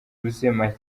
make